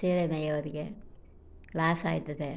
ಸೀರೆ ನೇಯೋವ್ರಿಗೆ ಲಾಸ್ ಆಗ್ತದೆ